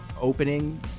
opening